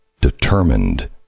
determined